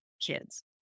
kids